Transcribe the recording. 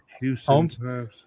Houston